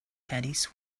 caddies